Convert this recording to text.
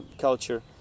culture